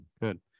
good